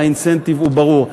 האינסנטיב הוא ברור.